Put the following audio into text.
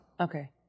Okay